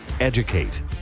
Educate